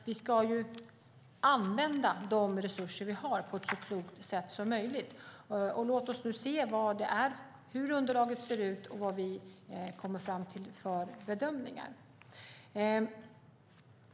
Vi ska använda de resurser vi har på ett så klokt sätt som möjligt. Låt oss se på underlaget och vad vi kommer fram till för bedömningar.